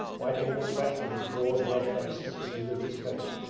wiping the sweat from his broad red face with the sleeve of his coat.